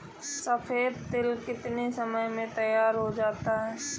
सफेद तिल कितनी समय में तैयार होता जाता है?